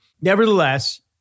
Nevertheless